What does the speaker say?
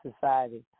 society